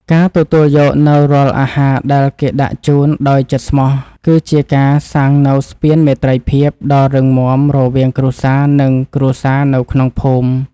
ការទទួលយកនូវរាល់អាហារដែលគេដាក់ជូនដោយចិត្តស្មោះ គឺជាការសាងនូវស្ពានមេត្រីភាពដ៏រឹងមាំរវាងគ្រួសារនិងគ្រួសារនៅក្នុងភូមិ។